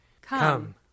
Come